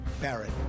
Barrett